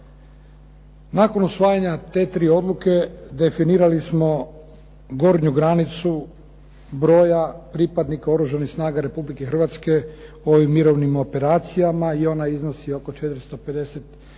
Nakon usvajanja te tri odluke definirali smo gornju granicu broja pripadnika Oružanih snaga Republike Hrvatske u ovim mirovnim operacijama i ona iznosi oko 455 ljudi,